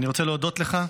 אני רוצה להודות לך.